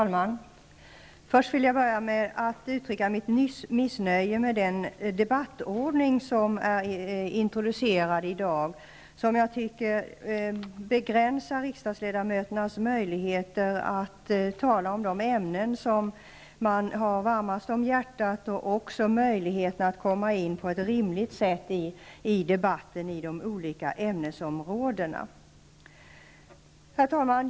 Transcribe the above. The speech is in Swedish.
Herr talman! Jag vill börja med att uttrycka mitt missnöje med den debattordning som har introducerats. Jag tycker att den begränsar riksdagsledamöternas möjligheter att tala om de ämnen som ligger dem varmast om hjärtat och att på ett rimligt sätt komma in i debatten när det gäller de olika ämnesområdena. Herr talman!